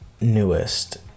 newest